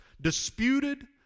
disputed